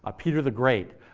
ah peter the great,